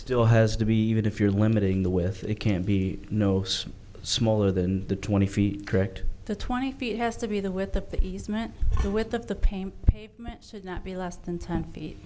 still has to be even if you're limiting the with it can't be no some smaller than the twenty feet correct the twenty feet has to be the with the easement the width of the paint pavement should not be less than ten feet